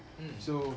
mmhmm